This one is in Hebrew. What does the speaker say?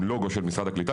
עם לוגו של משרד הקליטה,